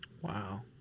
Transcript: wow